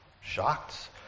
shocked